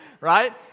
right